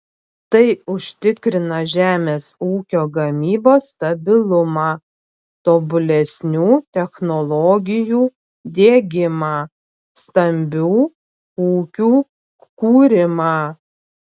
tai užtikrina žemės ūkio gamybos stabilumą tobulesnių technologijų diegimą stambių ūkių kūrimą